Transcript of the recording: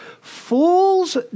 fools